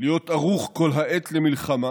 להיות ערוך כל העת למלחמה